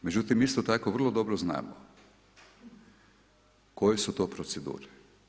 Međutim, isto tako vrlo dobro znamo koje su to procedure.